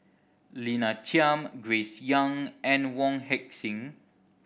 Lina Chiam Grace Young and Wong Heck Sing